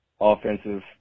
offensive